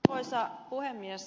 arvoisa puhemies